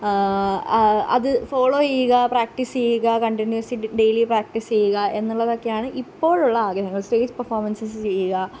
അത് ഫോളോ ചെയ്യുക പ്രാക്ടിസ് ചെയ്യുക കണ്ടിന്യൂസ് ആയിട്ട് ഡൈലി പ്രാക്ടിസ് ചെയ്യുക എന്നുള്ളതൊക്കെയാണ് ഇപ്പോഴുള്ള ആഗ്രഹങ്ങൾ സ്റ്റേജ് പെർഫോമൻസസ് ചെയ്യുക